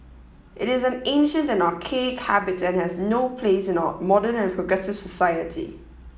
it is an ancient and archaic habit and has no place in our modern and progressive society